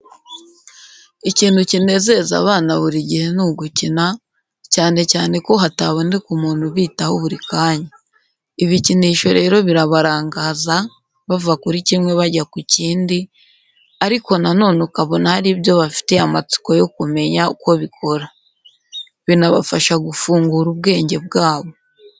Ikintu kinezeza abana buri gihe ni ugukina, cyane cyane ko hataboneka umuntu ubitaho buri kanya. Ibikinisho rero birabarangaza, bava kuri kimwe bajya ku kindi, ariko na none ukabona hari ibyo bafitiye amatsiko yo kumenya uko bikora. Binabafasha gufungura ubwenge bwabo.